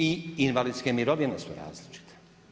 I invalidske mirovine su različite.